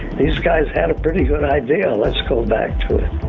these guys had a pretty good idea, let's go back to it!